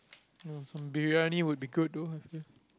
well some Briyani would be good though I feel